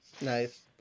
Nice